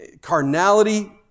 Carnality